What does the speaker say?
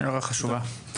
הערה חשובה.